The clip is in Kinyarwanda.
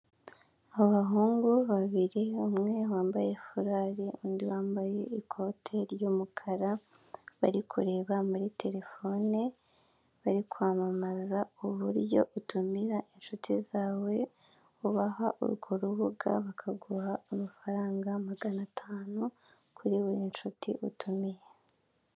Abahungu babiri umwe wambaye furari, undi wambaye ikote ry'umukara, bari kureba muri terefone, bari kwamamaza uburyo utumira inshuti zawe, ubaha urwo rubuga bakaguha amafaranga magana atanu kuri buri nshuti utumiye.